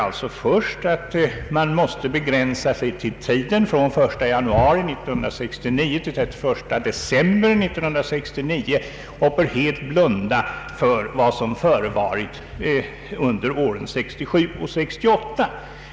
Herr Ståhle anser att man måste begränsa sig till tiden 1 januari 1969— 31 december 1969 och helt blunda för vad som förevarit under åren 1967 och 1968.